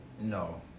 No